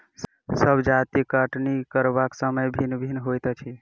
सभ जजतिक कटनी करबाक समय भिन्न भिन्न होइत अछि